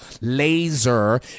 laser